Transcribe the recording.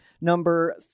number